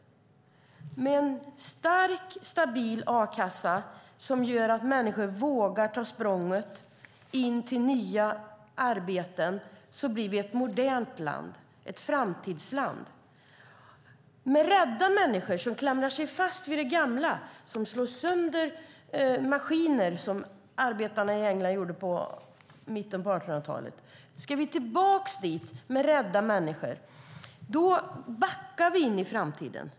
Med en stark och stabil a-kassa som gör att människor vågar ta språnget till nya arbeten blir vi ett modernt land, ett framtidsland. Rädda människor klamrar sig fast vid det gamla. Ska vi tillbaka till mitten av 1800-talet då rädda arbetare slog sönder maskinerna? Då backar vi in i framtiden.